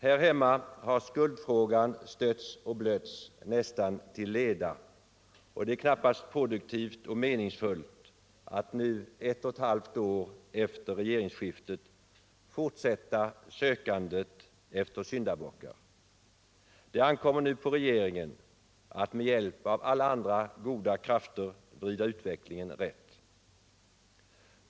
Här hemma har skuldfrågan stötts och blötts nästan till leda, och det är knappast produktivt och meningsfullt att nu, ett och ett halvt år efter regeringsskiftet, fortsätta sökandet efter syndabockar. Det ankommer nu på regeringen att med hjälp av alla andra goda krafter vrida utvecklingen rätt.